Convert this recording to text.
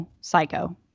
Psycho